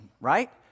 right